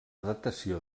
datació